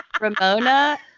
Ramona